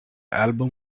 album